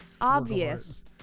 Obvious